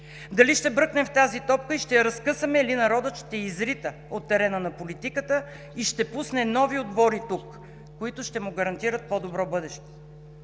дали ще бръкнем в тази топка и ще я разкъсаме, или народът ще я изрита от терена на политиката и ще пусне нови отбори тук, които ще му гарантират по-добро бъдеще.